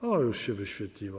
O, już się wyświetliło.